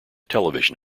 television